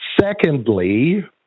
Secondly